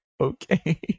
okay